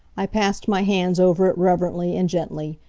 i passed my hands over it reverently and gently,